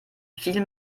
viel